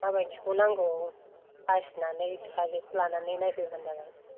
माबायदिखौ नांगौ बासिनानै फिसाजोखौ लानानै नायफैबानो जाबाय